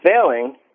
failing